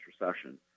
recession